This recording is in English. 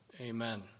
amen